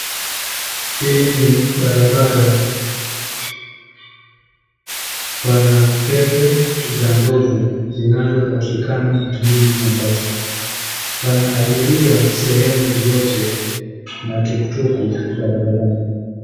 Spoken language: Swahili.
Hii ni barabara pana pembe za Ndovu zinazopatikana mjini Mombasa, pana abiria sehemu zote na tuktuku barabarani.